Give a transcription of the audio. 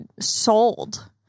sold